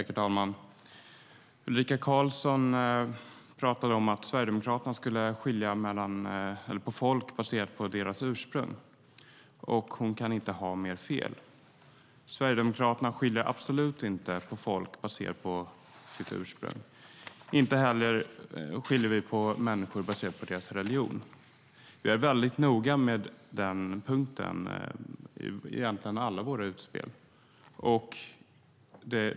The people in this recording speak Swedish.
Herr talman! Ulrika Karlsson pratade om att Sverigedemokraterna skulle skilja på folk baserat på deras ursprung. Hon kan inte ha mer fel. Sverigedemokraterna skiljer absolut inte på folk baserat på deras ursprung. Inte heller skiljer vi på människor baserat på deras religion. Vi är väldigt noga med den punkten i alla våra utspel.